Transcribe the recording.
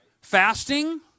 Fasting